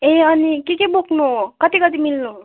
ए अनि के के बोक्नु कति कति मिल्नु